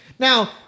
Now